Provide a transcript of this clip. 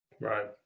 Right